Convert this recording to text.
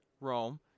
Rome